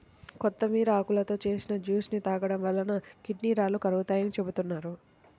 కొత్తిమీర ఆకులతో చేసిన జ్యూస్ ని తాగడం వలన కిడ్నీ రాళ్లు కరుగుతాయని చెబుతున్నారు